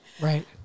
Right